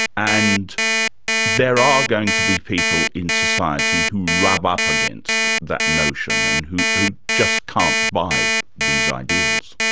and there are going to be people in society who rub up against that notion and who who just can't buy these ideals.